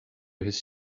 his